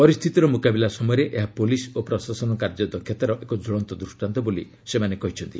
ପରିସ୍ଥିତିର ମୁକାବିଲା ସମୟରେ ଏହା ପୁଲିସ୍ ଓ ପ୍ରଶାସନ କାର୍ଯ୍ୟଦକ୍ଷତାର ଏକ କ୍ୱଳନ୍ତ ଦୂଷ୍ଟାନ୍ତ ବୋଲି ସେମାନେ କହିଛନ୍ତି